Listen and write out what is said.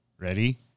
ready